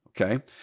Okay